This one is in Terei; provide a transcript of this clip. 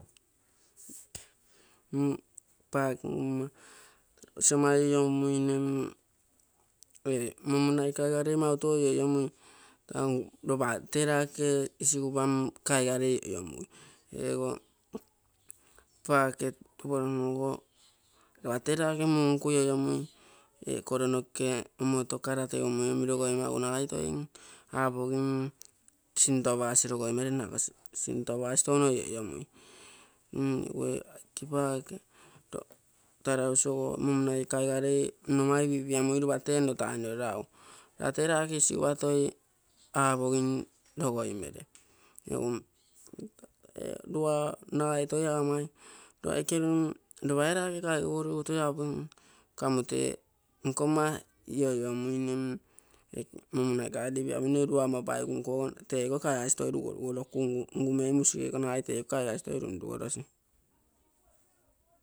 Mm paake tarausi ama iniomuine mm ee momunai kaigarei mau tou iniomui ropa tee raake isigupa kaigarei iniomugai, ego tuporonu ogo ropate raake munkuiniomugui iko koro noke omoto kara teumoi omi logoimagu nagai toi apogim sinto apogasi logoimere nne iko sinto apagasi touno inromui. Tarausi ogo momunai kaigare nno ama in ipiamui ropate nnotainoro ragu ropate raake isigupa toi apaogim logame. Egu nagai toi amai lo aike mm lopa ee raake kaigeguoru toi apogim kamo tee nkomma in-iomuine mm momunai kaigarei ama inipiamuine lua ama paigunko tee iko kaaigasi toi rigumei musigego nagai tee iko kaigasi toi runrugorosi.